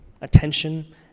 Attention